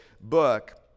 book